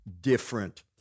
Different